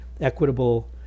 equitable